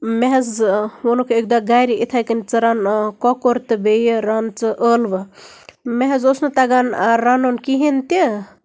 مےٚ حظ ووٚنُکھ اَکہِ دۄہ گرِ یِتھٕے کَنۍ ژٕ رَن کۄکُر تہٕ بیٚیہِ رَن ژٕ ٲلوٕ مےٚ حظ اوس نہٕ تَگان رَنُن کِہینۍ تہِ